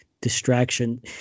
distraction